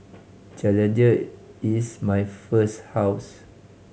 challenger is my first house